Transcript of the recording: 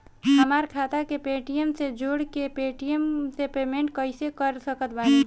हमार खाता के पेटीएम से जोड़ के पेटीएम से पेमेंट कइसे कर सकत बानी?